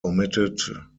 omitted